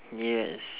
yes